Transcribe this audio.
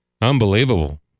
Unbelievable